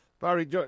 Barry